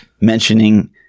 mentioning